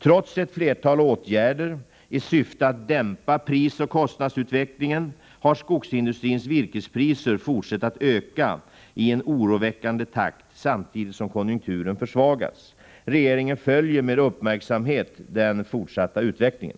Trots ett flertal åtgärder i syfte att dämpa prisoch kostnadsutvecklingen har skogsindustrins virkespriser fortsatt att öka i en oroväckande takt samtidigt som konjunkturen försvagats. Regeringen följer med uppmärksamhet den fortsatta utvecklingen.